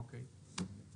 אוקיי.